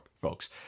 folks